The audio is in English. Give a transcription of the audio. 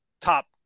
top